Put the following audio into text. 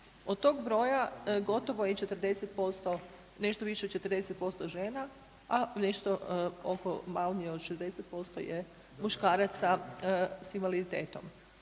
Od tog broja gotovo je 40% nešto više od 40% žena, a nešto oko, manje od 60% je muškaraca s invaliditetom.